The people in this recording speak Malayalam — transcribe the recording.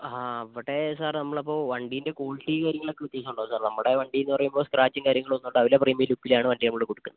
ആ അവിടെ സർ നമ്മൾ അപ്പോൾ വണ്ടീൻറ്റെ ക്വാളിറ്റി കാര്യങ്ങളൊക്കെ വ്യത്യാസമുണ്ടാകും സർ നമ്മുടെ വണ്ടി എന്ന് പറയുമ്പോൾ സ്ക്രാച്ചും കാര്യങ്ങളൊന്നും ഉണ്ടാവില്ല പ്രീമിയം ലുക്കിൽ ആണ് വണ്ടി നമ്മൾ കൊടുക്കുന്നത്